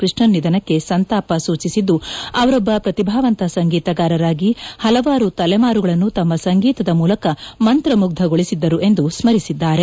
ಕೃಷ್ಣನ್ ನಿಧನಕ್ಕೆ ಸಂತಾವ ಸೂಚಿಸಿದ್ದು ಅವರೊಬ್ಬ ಪ್ರತಿಭಾವಂತ ಸಂಗೀತಗಾರರಾಗಿ ಹಲವಾರು ತಲೆಮಾರುಗಳನ್ನು ತಮ್ಮ ಸಂಗೀತದ ಮೂಲಕ ಮಂತ್ರಮುಗ್ದಗೊಳಿಸಿದ್ದರು ಎಂದು ಸ್ಮರಿಸಿದ್ದಾರೆ